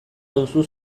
duzu